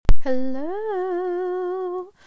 Hello